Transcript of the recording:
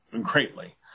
greatly